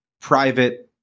private